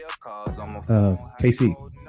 KC